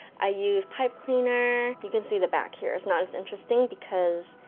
i used pipe cleaner, you can see the back here it's not as interesting because,